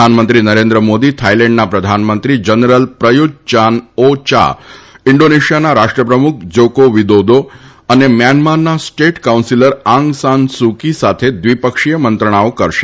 પ્રધાનમંત્રી નરેન્દ્ર મોદી થાઇલેન્ડના પ્રધાનમંત્રી જનરલ પ્રયુત યાન ઓ યા ઇન્ડોનેશિયાના રાષ્ટ્રપ્રમુખ જોકો વિદોદો અને મ્યાનમારના state counsellor Aung San Suu Kyi સાથે દ્વિપક્ષીય મંત્રણાઓ કરશે